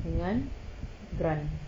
dengan grant